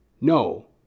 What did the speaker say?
No